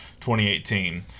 2018